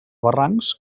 barrancs